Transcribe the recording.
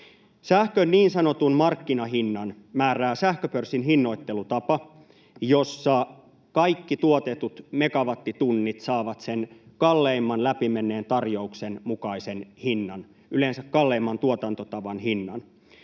Sähkön niin sanotun markkinahinnan määrää sähköpörssin hinnoittelutapa, jossa kaikki tuotetut megawattitunnit saavat sen kalleimman läpi menneen tarjouksen mukaisen hinnan, yleensä kalleimman tuotantotavan hinnan.